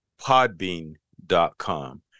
Podbean.com